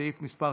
סעיף מס'